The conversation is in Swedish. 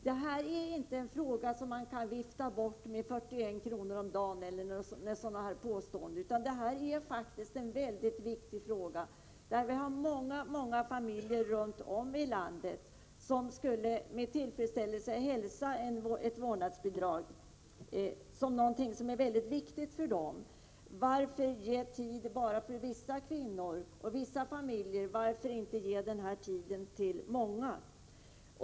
Detta är inte en fråga som man kan vifta bort med påståenden om 41 kr. om dagen etc., utan denna fråga är faktiskt mycket viktig. Många familjer runt om i landet skulle med tillfredsställelse hälsa ett vårdnadsbidrag och tycka att det var någonting mycket viktigt för dem. Varför skall man bara ge vissa kvinnor och familjer möjligheter att få mer tid för barnen? Varför inte ge alla denna möjlighet?